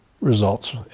results